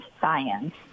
science